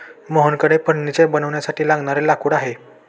मोहनकडे फर्निचर बनवण्यासाठी लागणारे लाकूड आहे